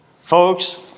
Folks